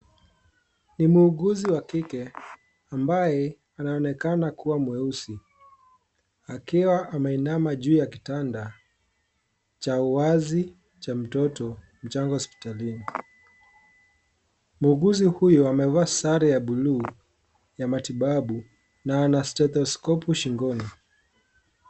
Ni mhuguzi wa kike ambaye anaonekana kuwa mweusi akiwa ameinama juu ya kitanda cha uwazi cha mtoto mchanga hospitalini. Mhuguzi huyo amevaa sare ya bluu ya matibabu na ana stetiskopu shingoni.